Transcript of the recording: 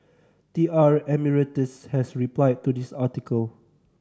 T R Emeritus has replied to this article